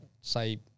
say